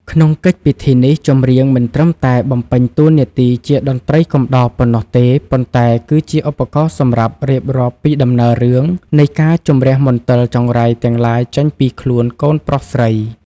ក្នុងកិច្ចពិធីនេះ ចម្រៀងមិនត្រឹមតែបំពេញតួនាទីជាតន្ត្រីកំដរប៉ុណ្ណោះទេ ប៉ុន្តែគឺជាឧបករណ៍សម្រាប់រៀបរាប់ពីដំណើររឿងនៃការជម្រះមន្ទិលចង្រៃទាំងឡាយចេញពីខ្លួនកូនប្រុសស្រី